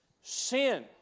sin